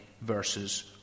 versus